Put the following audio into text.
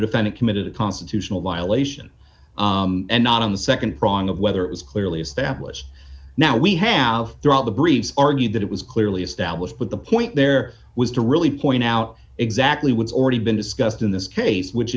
defendant committed a constitutional violation and not on the nd prong of whether it was clearly established now we have throughout the briefs argued that it was clearly established but the point there was to really point out exactly what's already been discussed in this case which